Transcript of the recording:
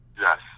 Yes